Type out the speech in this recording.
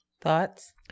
thoughts